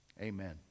Amen